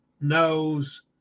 knows